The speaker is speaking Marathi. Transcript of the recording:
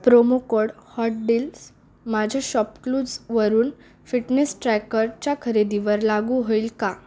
प्रोमो कोड हॉट डीलस माझ्या शॉपक्लूजवरून फिटनेस ट्रॅकरच्या खरेदीवर लागू होईल का